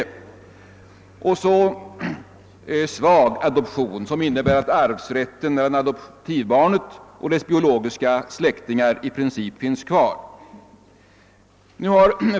Vi har vidare bestämmelser för svag adoption, som innebär att arvsrätten mellan adoptivbarnet och dess biologiska släktingar i princip finns kvar.